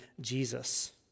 Jesus